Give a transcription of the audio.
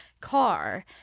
car